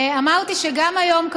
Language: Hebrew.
אמרתי שגם היום,